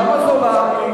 למה זולה?